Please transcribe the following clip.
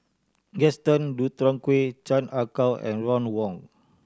Gaston Dutronquoy Chan Ah Kow and Ron Wong